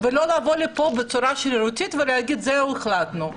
ולא לבוא לפה בצורה שרירותית ולהגיד: זהו, החלטנו.